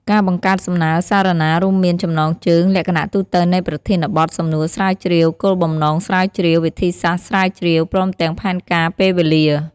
ការបង្កើតសំណើរសារណា រួមមាន ចំណងជើង លក្ខណៈទូទៅនៃប្រធានបទ សំណួរស្រាវជ្រាវ គោលបំណងស្រាវជ្រាវ វិធីសាស្រ្តស្រាវជ្រាវ ព្រមទាំងផែនការពេលវេលា។